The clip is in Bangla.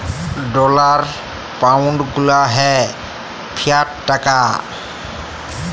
ডলার, পাউনড গুলা হ্যয় ফিয়াট টাকা